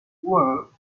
worked